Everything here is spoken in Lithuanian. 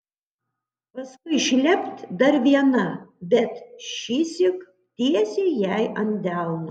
paskui šlept dar viena bet šįsyk tiesiai jai ant delno